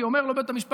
כי אומר לו בית המשפט,